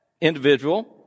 individual